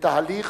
לתהליך